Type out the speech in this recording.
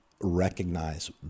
recognize